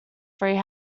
three